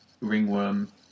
ringworm